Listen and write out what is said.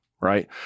right